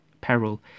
peril